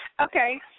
Okay